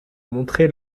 montré